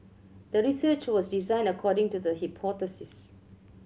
the research was designed according to the hypothesis